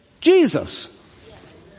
Jesus